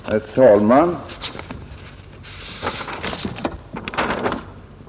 Herr talman!